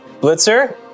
Blitzer